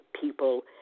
people